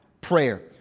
prayer